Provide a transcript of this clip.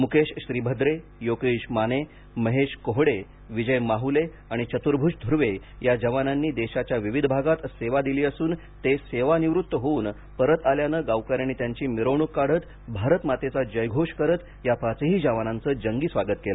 मुकेश श्रीभद्रे योगेश माने महेश कोहड़े विजय माहुले आणि चतुर्भूज धुर्वे या जवानांनी देशाच्या विविध भागात सेवा आपली दिली असून ते सेवानिवृत्त होऊन परत आल्याने गावकऱ्यांनी त्यांची मिरवणूक काढत भारत मातेचा जयघोष करीत या पाचही जवानांचे जंगी स्वागत केले